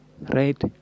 right